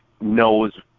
knows